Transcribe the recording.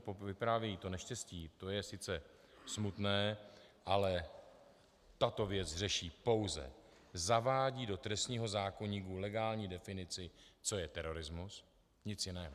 To, že k tomu vypráví to neštěstí, to je sice smutné, ale tato věc řeší pouze, zavádí do trestního zákoníku legální definici, co je terorismus, nic jiného.